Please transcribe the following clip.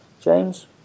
James